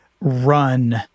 run